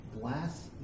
glass